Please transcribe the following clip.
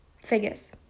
Figures